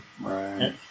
Right